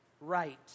right